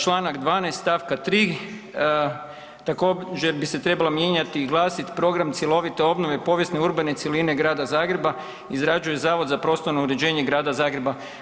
Čl. 12. stavka 3., također bi se trebalo mijenjati i glasiti program cjelovite obnove i povijesno-urbane cjeline grada Zagreba izrađuje Zavod za prostorno uređenje grada Zagreba.